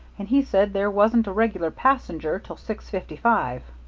and he said there wasn't a regular passenger till six-fifty-five.